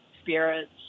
spirits